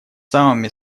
самыми